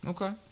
Okay